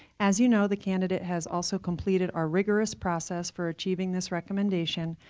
as you know, the candidate has also completed our rigorous process for achieving this recommendation,